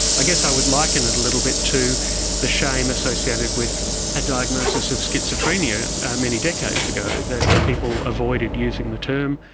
i guess i would liken it a little bit to the shame associated with a diagnosis of schizophrenia many decades ago, that people avoided using the term.